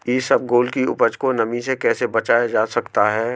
इसबगोल की उपज को नमी से कैसे बचाया जा सकता है?